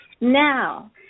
Now